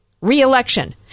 Re-election